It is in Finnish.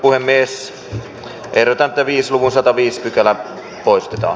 uhemies kiertää viisuhosataviisipykälä poistetaan